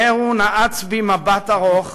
נהרו נעץ בי מבט ארוך,